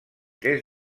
des